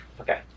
Okay